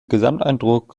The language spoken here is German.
gesamteindruck